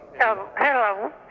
Hello